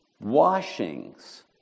washings